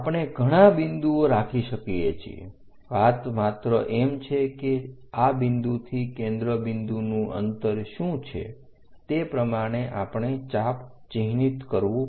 આપણે ઘણા બધા બિંદુઓ રાખી શકીએ છીએ વાત માત્ર એમ છે કે આ બિંદુથી કેન્દ્ર બિંદુનું અંતર શું છે તે પ્રમાણે આપણે ચાપ ચિહ્નિત કરવું પડશે